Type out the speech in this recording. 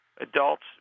Adults